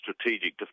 strategic